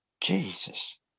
Jesus